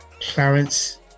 Clarence